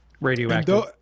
Radioactive